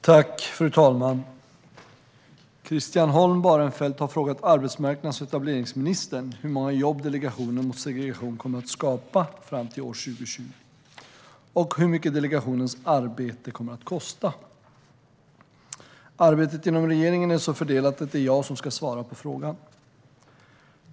Fru talman! Christian Holm Barenfeld har frågat arbetsmarknads och etableringsministern hur många jobb delegationen mot segregation kommer att skapa fram till år 2020 och hur mycket delegationens arbete kommer att kosta. Arbetet inom regeringen är så fördelat att det är jag som ska svara på frågan.